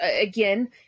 again